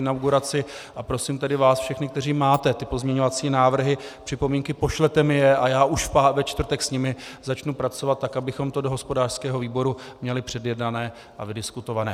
A prosím tedy vás všechny, kteří máte pozměňovací návrhy, připomínky, pošlete mi je a já už ve čtvrtek s nimi začnu pracovat tak, abychom to do hospodářského výboru měli předjednané a vydiskutované.